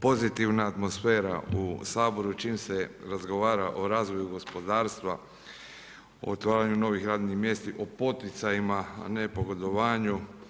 pozitivna atmosfera u Saboru čim se razgovara o razvoju gospodarstva, o otvaranju novih radnih mjesta, o poticajima a ne pogodovanju.